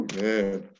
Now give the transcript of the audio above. Man